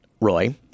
Roy